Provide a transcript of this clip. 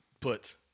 put